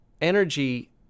energy